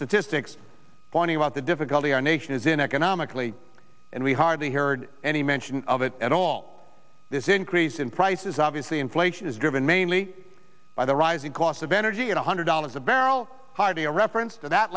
statistics about the difficulty our nation is in economically and we hardly heard any mention of it at all this increase in prices obviously inflation is driven mainly by the rising cost of energy at one hundred dollars a barrel hardly a reference to that